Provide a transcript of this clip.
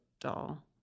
doll